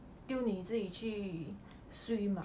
丢你自己去 swim ah